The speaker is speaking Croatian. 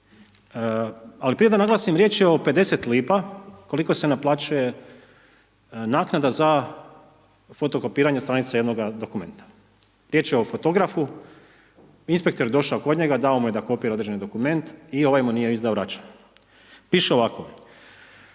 ali prije da naglasim riječ je o 50 lipa koliko se naplaćuje naknada za fotokopiranje stranice jednoga dokumenta, riječ je o fotografu, inspektor je došao kod njega, dao mu je da kopira određeni dokument i ovaj mu nije izdao račun. Piše ovako,